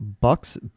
Buck's